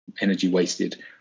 energy-wasted